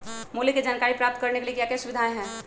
मूल्य के जानकारी प्राप्त करने के लिए क्या क्या सुविधाएं है?